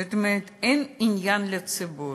זאת אומרת, אין עניין לציבור.